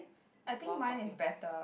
I think mine is better